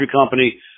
company